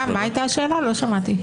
לפטר את שומרי הסף כרגע שמכהנים בתפקידם,